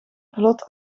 vlot